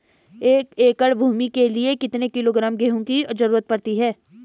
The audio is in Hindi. एक एकड़ भूमि के लिए कितने किलोग्राम गेहूँ की जरूरत पड़ती है?